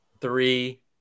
Three